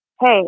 hey